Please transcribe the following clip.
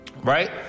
right